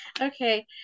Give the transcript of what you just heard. okay